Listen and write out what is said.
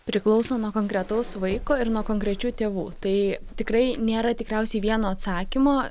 priklauso nuo konkretaus vaiko ir nuo konkrečių tėvų tai tikrai nėra tikriausiai vieno atsakymo